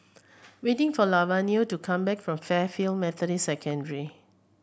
waiting for Lavonia to come back from Fairfield Methodist second